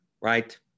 right